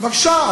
בבקשה.